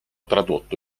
tradotto